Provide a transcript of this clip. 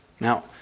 Now